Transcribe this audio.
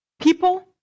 people